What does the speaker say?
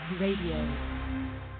Radio